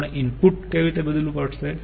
આપણે ઈનપુટ કેવી રીતે બદલવું પડશે